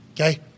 Okay